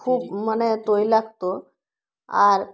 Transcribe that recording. খুব মানে তৈলাক্ত আর